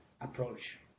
approach